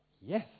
yes